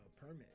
permit